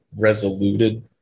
resoluted